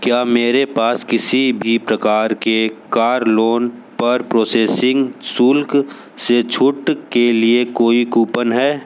क्या मेरे पास किसी भी प्रकार के कार लोन पर प्रोसेसिंग शुल्क से छूट के लिए कोई कूपन है